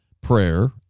prayer